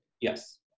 Yes